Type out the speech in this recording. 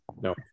no